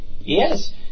Yes